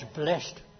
blessed